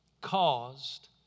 caused